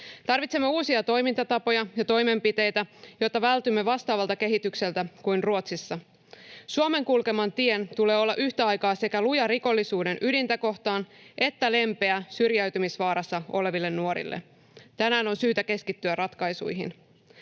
Tarvitsemme uusia toimintatapoja ja toimenpiteitä, jotta vältymme vastaavalta kehitykseltä kuin Ruotsissa. Suomen kulkeman tien tulee olla yhtä aikaa sekä luja rikollisuuden ydintä kohtaan että lempeä syrjäytymisvaarassa oleville nuorille. Tänään on syytä keskittyä ratkaisuihin.